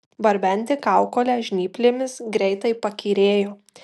barbenti kaukolę žnyplėmis greitai pakyrėjo